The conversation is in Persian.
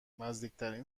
نزدیکترین